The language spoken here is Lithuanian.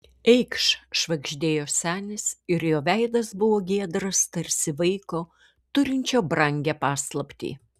eikš švagždėjo senis ir jo veidas buvo giedras tarsi vaiko turinčio brangią paslaptį